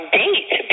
date